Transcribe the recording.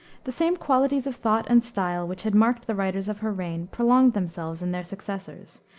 the same qualities of thought and style which had marked the writers of her reign, prolonged themselves in their successors,